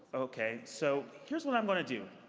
okay. so here's what i'm going to do.